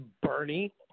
Bernie